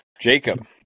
Jacob